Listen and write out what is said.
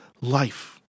life